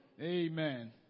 Amen